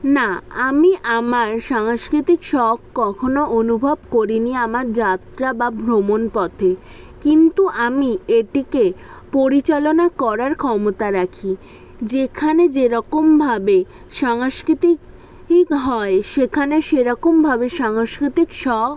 না আমি আমার সাংস্কৃতিক শখ কখনও অনুভব করি নি আমার যাত্রা বা ভ্রমণ পথে কিন্তু আমি এটিকে পরিচালনা করার ক্ষমতা রাখি যেখানে যেরকমভাবে সাংস্কৃতিক ইক হয় সেখানে সেরকমভাবে সাংস্কৃতিক শখ